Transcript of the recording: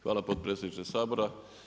Hvala potpredsjedniče Sabora.